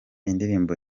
indirimbo